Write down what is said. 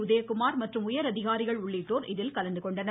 உதயகுமார் மற்றும் உயர்அதிகாரிகள் உள்ளிட்டோர் இதில் கலந்துகொண்டனர்